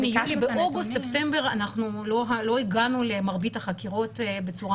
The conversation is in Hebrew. באוגוסט-ספטמבר אנחנו לא הגענו למרבית החקירות בצורה